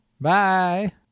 Bye